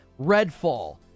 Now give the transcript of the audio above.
Redfall